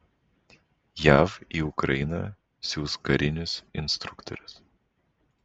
jav į ukrainą siųs karinius instruktorius